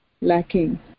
lacking